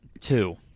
Two